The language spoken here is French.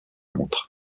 montre